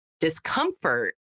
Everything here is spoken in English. discomfort